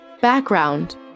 Background